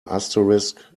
asterisk